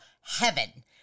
heaven